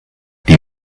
die